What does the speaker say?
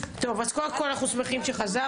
טוב, אז קודם כל אנחנו שמחים שחזרת.